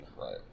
Right